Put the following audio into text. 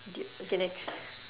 idiot okay next